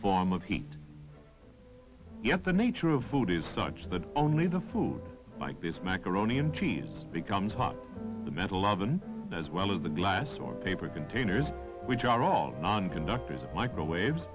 form of heat yet the nature of food is such that only the food like this macaroni and cheese becomes hot the metal oben as well as the glass or paper containers which are all on conductors and microwaves